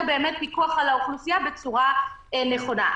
באמת פיקוח על האוכלוסייה בצורה נכונה.